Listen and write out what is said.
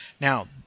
Now